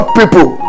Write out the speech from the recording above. people